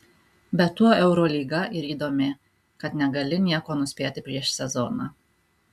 bet tuo eurolyga ir įdomi kad negali nieko nuspėti prieš sezoną